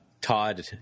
Todd